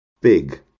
Big